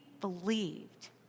believed